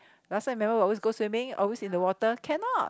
last time remember always go swimming always in the water cannot